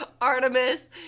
Artemis